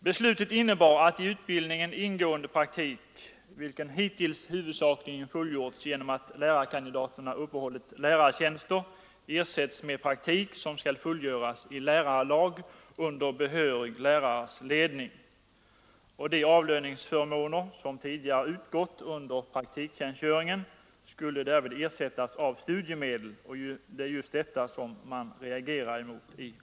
Det beslutet innebar att i utbildningen ingående praktik, som hittills huvudsakligen fullgjorts genom att lärarkandidaterna har uppehållit lärartjänster, ersätts med praktik som skall fullgöras i lärarlag under behörig lärares ledning. De avlöningsförmåner som tidigare utgått under praktiktjänstgöringen skulle därvid ersättas av studiemedel, och det är just detta reservanterna reagerar emot.